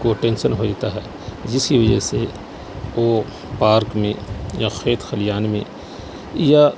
کو ٹینسن ہو جاتا ہے جس کی وجہ سے وہ پارک میں یا کھیت کھلیان میں یا